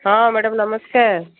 ହଁ ମ୍ୟାଡ଼ାମ୍ ନମସ୍କାର